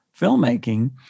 filmmaking